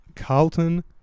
Carlton